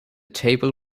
table